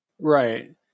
Right